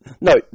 No